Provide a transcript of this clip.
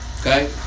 Okay